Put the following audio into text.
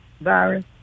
virus